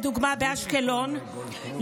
לדוגמה באשקלון,